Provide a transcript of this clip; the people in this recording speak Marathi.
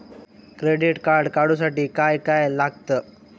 क्रेडिट कार्ड काढूसाठी काय काय लागत?